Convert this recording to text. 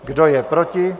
Kdo je proti?